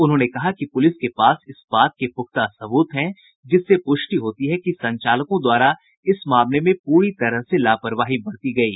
उन्होंने कहा कि पुलिस के पास इस बात के पुख्ता सबूत हैं जिससे पुष्टि होती है कि संचालकों द्वारा इस मामले में पूरी तरह से लापरवाही बरती गयी